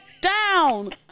down